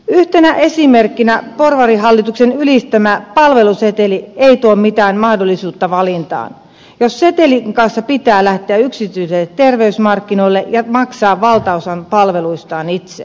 yhtenä esimerkkinä porvarihallituksen ylistämä palveluseteli ei tuo mitään mahdollisuutta valintaan jos setelin kanssa pitää lähteä yksityisille terveysmarkkinoille ja maksaa valtaosan palveluistaan itse